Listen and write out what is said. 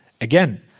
Again